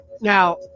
Now